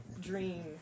Dream